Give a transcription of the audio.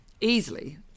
easily